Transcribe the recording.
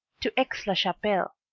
to aix-la-chapelle,